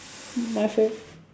my favourite